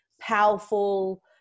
powerful